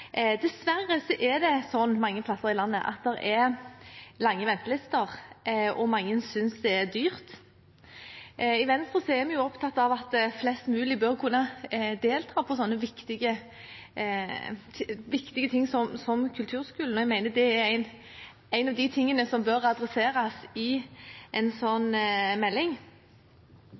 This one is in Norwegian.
Dessverre er ventelistene lange mange steder i landet, og mange synes det er dyrt. I Venstre er vi opptatt av at flest mulig bør kunne delta på slike viktige ting som kulturskolen, og jeg mener det er en av de tingene som bør adresseres i en slik melding.